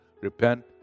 repent